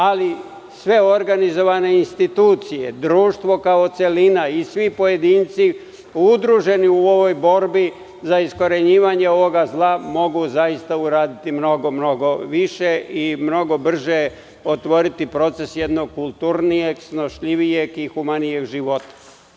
Ali, sve organizovane institucije, društvo kao celina i svi pojedinci udruženi u ovoj borbi za iskorenjivanje ovoga zla mogu zaista uraditi mnogo, mnogo više i mnogo brže otvoriti proces jednog kulturnijeg, snošljivijeg i humanijeg života.